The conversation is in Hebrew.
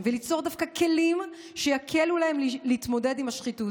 וליצור דווקא כלים שיקלו עליהם להתמודד עם השחיתות,